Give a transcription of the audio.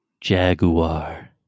Jaguar